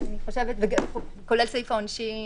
כולל סעיף העונשין.